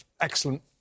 excellent